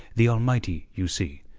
the almighty, you see,